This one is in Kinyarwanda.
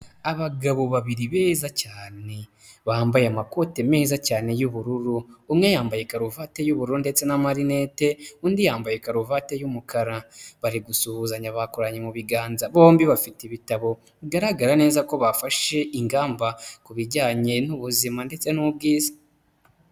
Abagabo babiri beza cyane bambaye amakoti meza cyane y'ubururu. Umwe yambaye karuvati y'ubururu ndetse n'amarinete, undi yambaye karuvati y'umukara. Barigusuhuzanya bakoranye mu biganza. Bombi bafite ibitabo, bigaragara neza ko bafashe ingamba ku bijyanye n'ubuzima ndetse n'ubwiza.